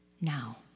now